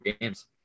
games